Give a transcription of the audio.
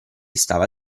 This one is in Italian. stava